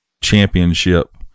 championship